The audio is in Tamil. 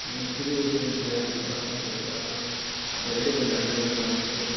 நாங்கள் சிறு வயசில் இருந்தது அப்படி பார்த்தோம் இப்படி பார்த்தோம் அப்போ விட இப்போ நல்ல விதமாக இருக்குது